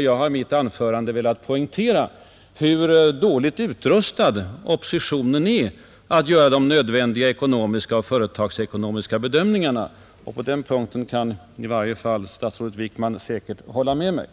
Jag har i mitt anförande velat poängtera hur dåligt utrustad oppositionen är att göra de nödvändiga ekonomiska och företagsekonomiska bedömningarna, På den punkten kan säkert i varje fall statsrådet Wickman hålla med mig.